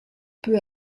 peu